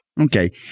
Okay